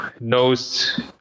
knows